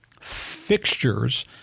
fixtures